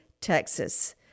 Texas